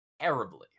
terribly